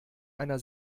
einer